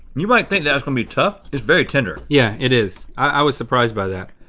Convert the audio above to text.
you might think that was gonna be tough. it's very tender. yeah it is. i was surprised by that.